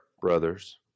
brothers